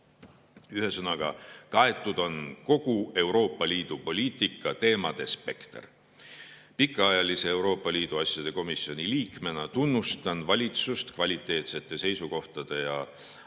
Ühesõnaga, kaetud on kogu Euroopa Liidu poliitika teemade spekter. Pikaajalise Euroopa Liidu asjade komisjoni liikmena tunnustan valitsust kvaliteetsete seisukohtade ja arutelusid